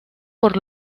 por